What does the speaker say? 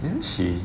then she